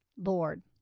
Lord